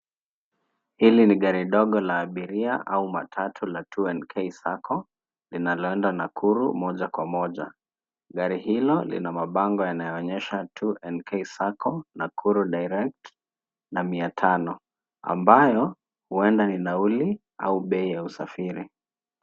Hili ni gari ndogo la abiria au matatu la, 2nk sacco ,inaloenda Nakuru moja kwa moja. Gari hilo lina mabango yanayooneysha 2nk sacco , Nakuru direct na mia tano ambayo huenda ni nauli au bei ya usafiri.